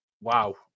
wow